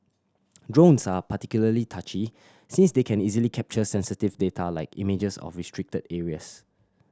drones are particularly touchy since they can easily capture sensitive data like images of restricted areas